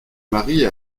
marie